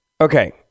Okay